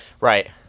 Right